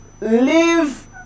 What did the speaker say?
live